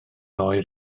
oer